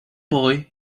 boy